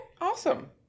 awesome